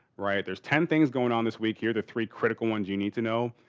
right? there's ten things going on this week. here the three critical ones you need to know.